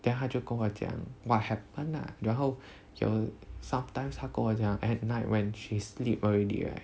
then 她就跟我讲 what happen lah 然后有 sometimes 她跟我讲 at night when she sleeps already right